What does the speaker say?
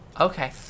Okay